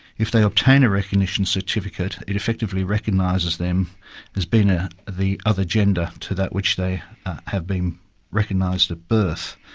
if they obtain a recognition certificate, it effectively recognises them as being ah the other gender to that which they have been recognised at birth.